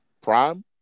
Prime